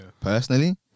personally